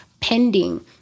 pending